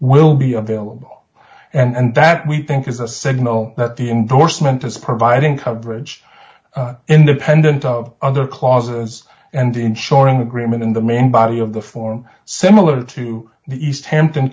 will be available and that we think is a signal that the indorsement is providing coverage in the pendant of other clauses and insuring agreement in the main body of the form similar to the east hampton